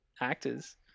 actors